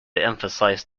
emphasize